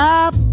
up